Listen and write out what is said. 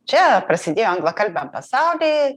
čia prasidėjo anglakalbiam pasauly